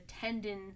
tendon